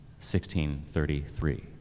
1633